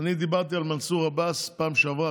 אני דיברתי על מנסור עבאס בפעם שעברה,